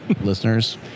listeners